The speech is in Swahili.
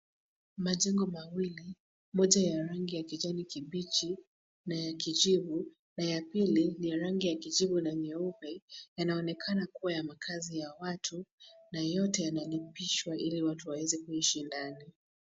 Majengo mawili, moja ya rangi ya kijani kibichi na ya kijivu na ya pili ni ya rangi ya kijivu na nyeupe yanaonekana kuwa ya makazi ya watu na yote yanalipishwa ili watu waweze kuishi ndani.